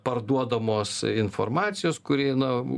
parduodamos informacijos kuri na